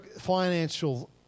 financial